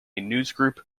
newsgroup